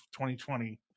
2020